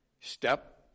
step